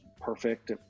perfect